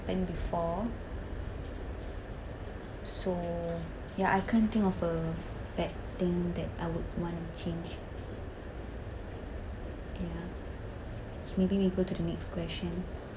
happen before so ya I can't think of a bad thing that I would want to change ya maybe we go to the next question